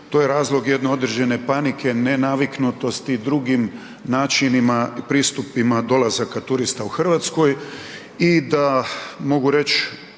to je razlog jedne određene panike, nenaviknutosti drugim načinima pristupima dolazaka turista u Hrvatskoj i da mogu reći